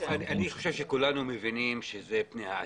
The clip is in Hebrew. אני חושב שכולנו מבינים שזה פני העתיד.